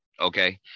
Okay